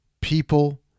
people